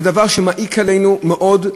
וזה דבר שמעיק עלינו מאוד,